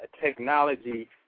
technology